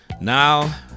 Now